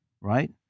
right